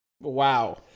Wow